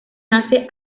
nace